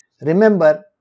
Remember